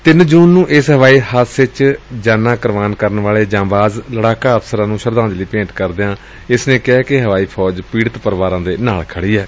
ਤਿੰਨ ਜੂਨ ਨੂੰ ਇਸ ਹਵਾਈ ਹਾਦਸੇ ਚ ਜਾਨਾਂ ਕੁਰਬਾਨ ਕਰਨ ਵਾਲੇ ਜਾਂਬਾਜ਼ ਲਤਾਕਾ ਅਫਸਰਾਂ ਨੂੰ ਸ਼ਰਧਾਂਜਲੀ ਭੇਟ ਕਰਦਿਆਂ ਇਸ ਨੇ ਕਿਹਾ ਕਿ ਹਵਾਈ ਫੌਜ ਪੀਤਤ ਪਰਿਵਾਰਾਂ ਦੇ ਨਾਲ ਖੜੀ ਏ